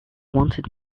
wanted